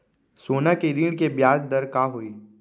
सोना के ऋण के ब्याज दर का होही?